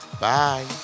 Bye